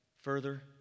further